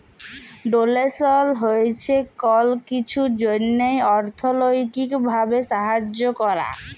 ডোলেসল হছে কল কিছুর জ্যনহে অথ্থলৈতিক ভাবে সাহায্য ক্যরা